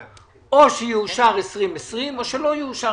או שיאושר תקציב 2020 או שלא יאושר